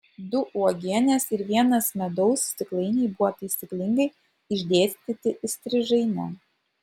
du uogienės ir vienas medaus stiklainiai buvo taisyklingai išdėstyti įstrižaine